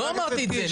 לא אמרתי את זה.